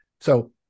So-